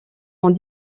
ont